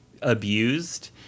abused